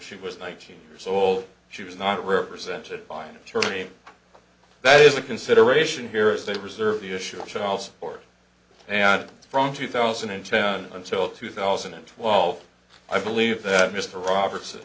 she was nineteen years old she was not represented by an attorney that is a consideration here is that reserve the issue of child support and from two thousand and ten until two thousand and twelve i believe that mr roberts